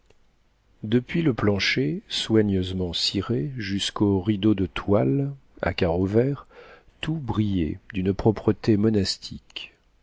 depuis le plancher soigneusement ciré jusqu'aux rideaux de toile à carreaux verts tout brillait d'une propreté monastique